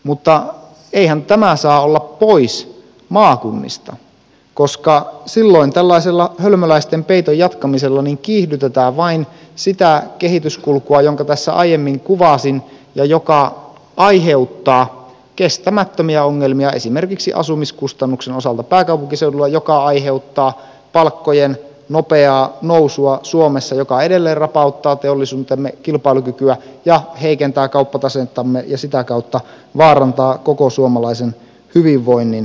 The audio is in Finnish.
mutta eihän tämä saa olla pois maakunnista koska silloin tällaisella hölmöläisten peiton jatkamisella kiihdytetään vain sitä kehityskulkua jonka tässä aiemmin kuvasin ja joka aiheuttaa kestämättömiä ongelmia esimerkiksi asumiskustannuksen osalta pääkaupunkiseudulla mikä aiheuttaa suomessa palkkojen nopeaa nousua joka edelleen rapauttaa teollisuutemme kilpailukykyä ja heikentää kauppatasettamme ja sitä kautta vaarantaa koko suomalaisen hyvinvoinnin